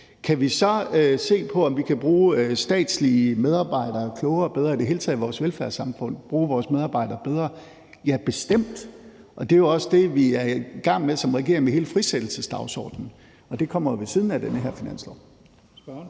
Kan vi så se på, om vi kan bruge statslige medarbejdere klogere og bedre og i det hele taget i vores velfærdssamfund bruge vores medarbejdere bedre? Ja, bestemt, og det er jo også det, vi som regering er i gang med med hele frisættelsesdagsordenen. Det kommer jo ved siden af den her finanslov.